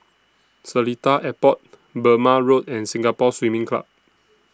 Seletar Airport Burmah Road and Singapore Swimming Club